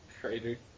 Crater